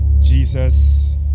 Jesus